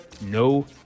No